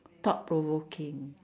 thought provoking